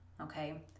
okay